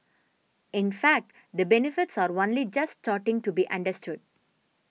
in fact the benefits are only just starting to be understood